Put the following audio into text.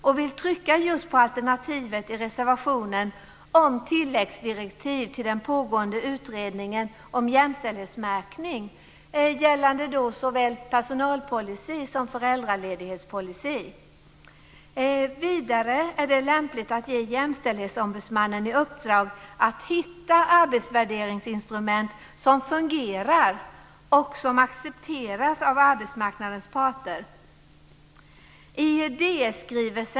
Jag vill trycka just på alternativet i reservationen om tilläggsdirektiv till den pågående utredningen om jämställdhetsmärkning gällande såväl personalpolicy som föräldraledighetspolicy. Vidare är det lämpligt att ge Jämställdhetsombudsmannen i uppdrag att hitta arbetsvärderingsinstrument som fungerar och som accepteras av arbetsmarknadens parter.